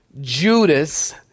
Judas